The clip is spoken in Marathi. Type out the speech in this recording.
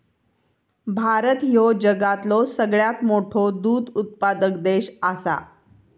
भारत ह्यो जगातलो सगळ्यात मोठो दूध उत्पादक देश आसा